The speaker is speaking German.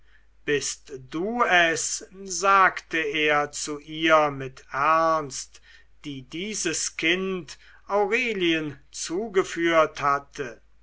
bist du es sagte er zu ihr mit ernst die dieses kind aurelien zugeführt hatte